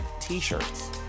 t-shirts